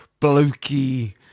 blokey